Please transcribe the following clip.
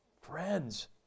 Friends